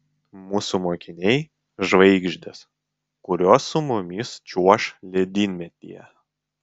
mūsų mokiniai žvaigždės kurios su mumis čiuoš ledynmetyje